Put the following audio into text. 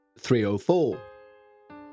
3.04